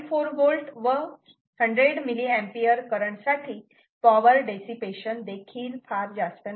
4 V व 100 mA current साठी power dissipation देखील फार जास्त नाही